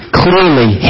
clearly